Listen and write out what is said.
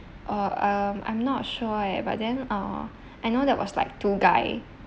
uh um I'm not sure eh but then uh I know that was like two guy